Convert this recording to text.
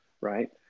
right